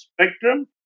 Spectrum